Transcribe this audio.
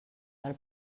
del